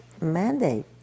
mandate